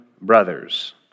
brothers